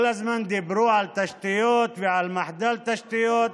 כל הזמן דיברו על תשתיות ועל מחדל תשתיות,